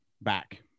back